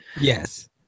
Yes